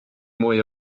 mwy